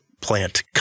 plant